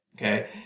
Okay